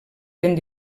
fent